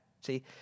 See